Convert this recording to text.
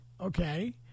Okay